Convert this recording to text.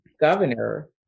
governor